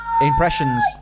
impressions